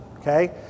okay